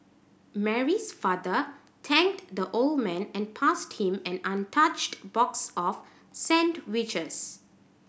Mary's father thanked the old man and passed him an untouched box of sandwiches